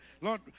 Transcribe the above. Lord